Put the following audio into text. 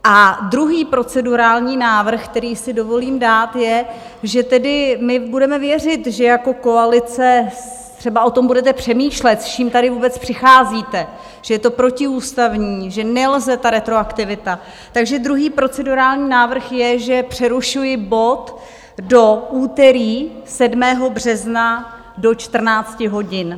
A druhý procedurální návrh, který si dovolím dát, je, že tedy budeme věřit, že jako koalice třeba o tom budete přemýšlet, s čím tady vůbec přicházíte, že je to protiústavní, že nelze tu retroaktivitu, takže druhý procedurální návrh je, že přerušuji bod do úterý 7. března do 14 hodin.